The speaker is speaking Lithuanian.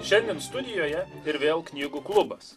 šiandien studijoje ir vėl knygų klubas